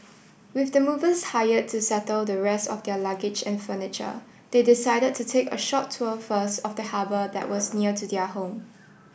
with the movers hired to settle the rest of their luggage and furniture they decided to take a short tour first of the harbour that was near to their home